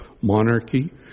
monarchy